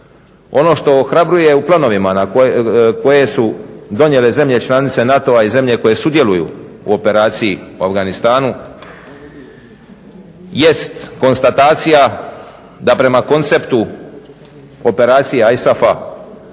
Ono što ohrabruje u planovima koje su donijele zemlje članice NATO-a i zemlje koje sudjeluju u operaciji u Afganistanu jest konstatacija da prema konceptu operacija ISAF-a